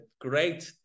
great